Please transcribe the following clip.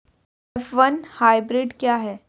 F one hybrid क्या है?